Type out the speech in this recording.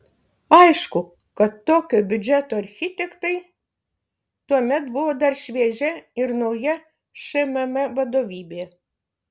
aišku kad tokio biudžeto architektai tuomet buvo dar šviežia ir nauja šmm vadovybė